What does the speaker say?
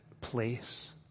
place